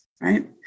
right